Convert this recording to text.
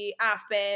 Aspen